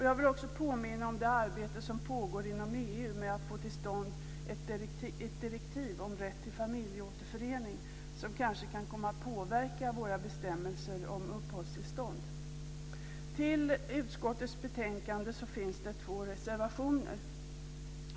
Jag vill också påminna om det arbete som pågår inom EU med att få till stånd ett direktiv om rätt till familjeåterförening, något som kanske kan komma att påverka våra bestämmelser om uppehållstillstånd. Till utskottets betänkande finns två reservationer.